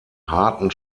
harten